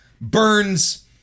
burns